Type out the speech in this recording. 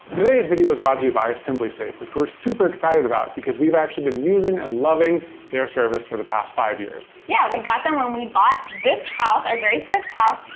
today's video is brought to you by simplisafe which we were super excited about because we've actually been using and loving their service for the past five years. yeah, we got them when we bought this house, our very first house,